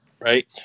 Right